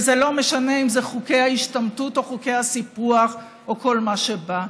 ולא משנה אם אלה חוקי ההשתמטות או חוקי הסיפוח או כל מה שבא.